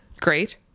Great